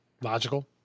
logical